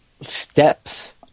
steps